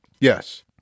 yes